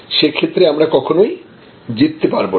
সে ক্ষেত্রে আমরা কখনোই জিততে পারবো না